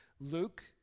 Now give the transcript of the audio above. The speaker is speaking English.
Luke